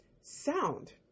sound